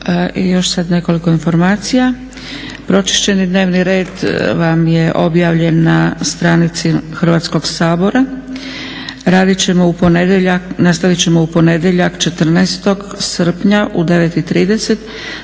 I još sad nekoliko informacija. Pročišćeni dnevni red vam je objavljen na stranicama Hrvatskog sabora. Radit ćemo u ponedjeljak, nastavit